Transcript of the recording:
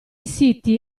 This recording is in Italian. siti